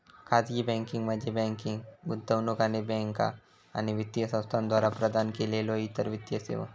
खाजगी बँकिंग म्हणजे बँकिंग, गुंतवणूक आणि बँका आणि वित्तीय संस्थांद्वारा प्रदान केलेल्यो इतर वित्तीय सेवा